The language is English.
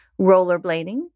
rollerblading